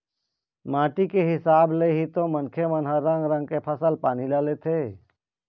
माटी के हिसाब ले ही तो मनखे मन ह रंग रंग के फसल पानी ल लेथे